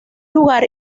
lugar